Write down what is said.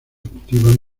cultivan